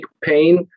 pain